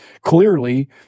clearly